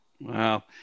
Wow